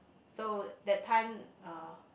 so that time uh